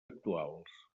actuals